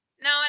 no